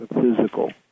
physical